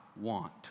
want